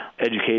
education